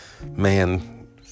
man